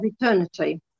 eternity